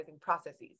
processes